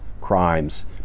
crimes